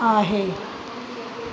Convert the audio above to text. आहे